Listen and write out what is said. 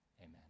Amen